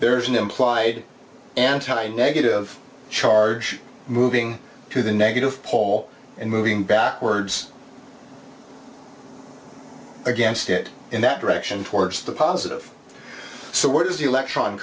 there's an implied anti negative charge moving to the negative pole and moving backwards against it in that direction towards the positive so what does the electron